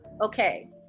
okay